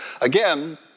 Again